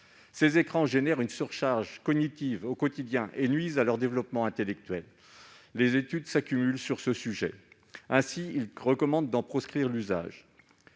Ces écrans génèrent une surcharge cognitive au quotidien et nuisent au développement intellectuel. Les études s'accumulent sur ce sujet et recommandent d'en proscrire l'usage.